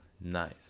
Nice